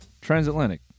transatlantic